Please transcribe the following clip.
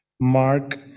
Mark